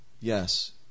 yes